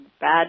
bad